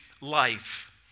life